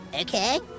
Okay